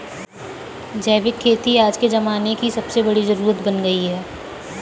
जैविक खेती आज के ज़माने की सबसे बड़ी जरुरत बन गयी है